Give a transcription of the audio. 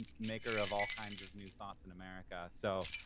maker of all kinds of new thoughts in america. so,